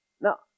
Now